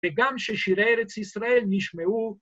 ‫וגם ששירי ארץ ישראל נשמעו...